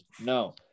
No